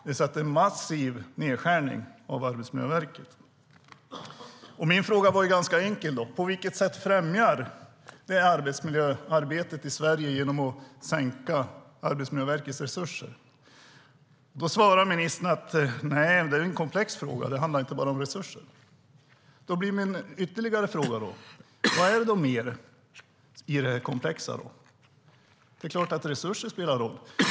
Det är alltså en massiv nedskärning av Arbetsmiljöverkets resurser. Min fråga var ganska enkel: På vilket sätt främjar det arbetsmiljöarbetet i Sverige att man sänker Arbetsmiljöverkets resurser? Då svarade ministern att det är en komplex fråga som inte bara handlar om resurser. Då har jag ytterligare en fråga: Vad mer ligger i det komplexa? Det är klart att resurser spelar roll.